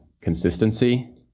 consistency